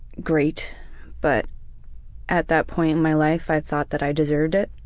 great but at that point in my life i thought that i deserved it